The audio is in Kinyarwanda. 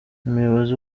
umuyobozi